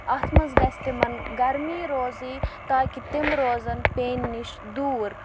اَتھ منٛز گژھِ تِمن گرمی روزٕنۍ تاکہِ تِم روزن پینہِ نِش دور